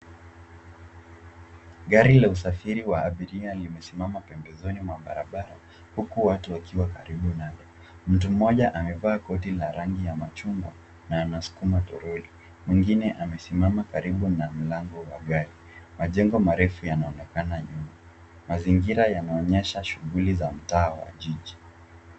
Gari la usafiri wa abiria limesimama pembezoni mwa barabara huku watu wakiwa karibu nalo. Mtu mmoja amevaa koti la rangi ya machungwa na anasukuma toroli. Mwingine amesimama karibu na mlango wa gari. Majengo marefu yanaonekana nyuma. Mazingira yanaonyesha shughuli za mtaa wa jiji.